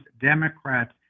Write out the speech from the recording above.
Democrats